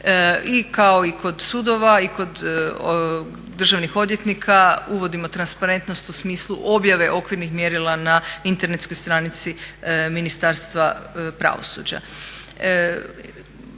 I kao i kod sudova i kod državnih odvjetnika uvodimo transparentnost u smislu objave okvirnih mjerila na internetskoj stranici Ministarstva pravosuđa.